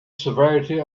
severity